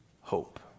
hope